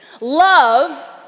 Love